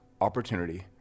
opportunity